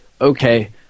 okay